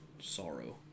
sorrow